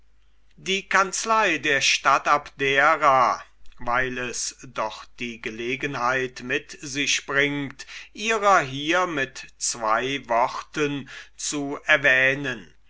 die kanzlei der stadt abdera weil es doch die gelegenheit mit sich bringt ihrer hier mit zwei worten zu erwähnen